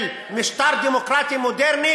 של משטר דמוקרטי מודרני,